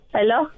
Hello